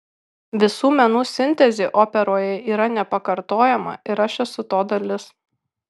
visų menų sintezė operoje yra nepakartojama ir aš esu to dalis